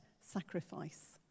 sacrifice